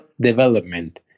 development